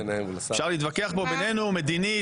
אפשר להתווכח פה בנינו מדינית,